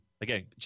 Again